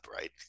right